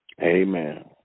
amen